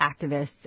activists